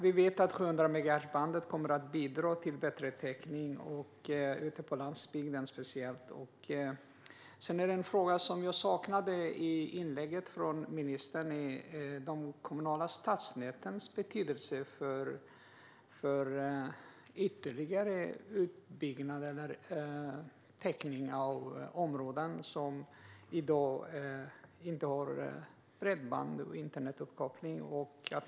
Vi vet att 700 megahertz-bandet kommer att bidra till bättre täckning, speciellt ute på landsbygden. En fråga jag saknade i inlägget från ministern är dock de kommunala stadsnätens betydelse för ytterligare utbyggnad eller täckning i områden som i dag inte har bredband och internetuppkoppling.